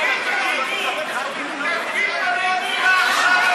תפגין מנהיגות.